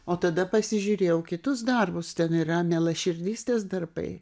o tada pasižiūrėjau kitus darbus ten yra mielaširdystės darbai